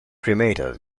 cremated